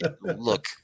Look